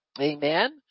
Amen